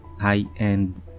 high-end